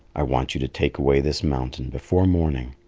i want you to take away this mountain before morning.